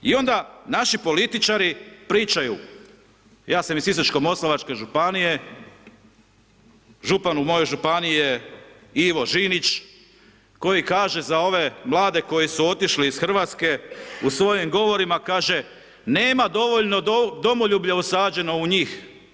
I onda naši političari pričaju, ja sam iz Sisačko-moslavačke županije, župan u mojoj županiji je Ivo Žinić koji kaže za ove mlade koji su otišli iz Hrvatske, u svojim govorima kaže, nema dovoljno domoljublja usađeno u njih.